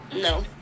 No